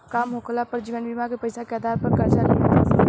काम होखाला पर जीवन बीमा के पैसा के आधार पर कर्जा लिहल जा सकता